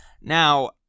now